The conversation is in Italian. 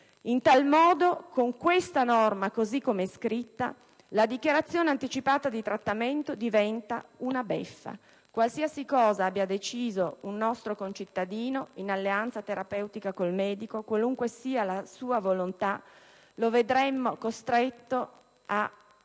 In tal modo, con questa norma così come è scritta, la dichiarazione anticipata di trattamento diventa una beffa. Qualsiasi cosa abbia deciso un nostro concittadino in alleanza terapeutica con il medico, qualunque sia la sua volontà, lo vedremmo costretto a